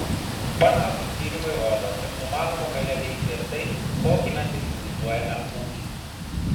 panašūs tyrimai rodo kad numanoma galia veikia ir tai kokį mes įsivaizduojame ūgį